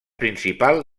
principal